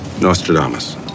Nostradamus